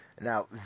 now